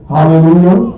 Hallelujah